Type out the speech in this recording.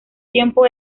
tiempo